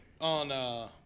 on, –